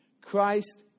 Christ